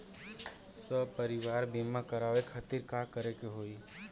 सपरिवार बीमा करवावे खातिर का करे के होई?